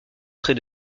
près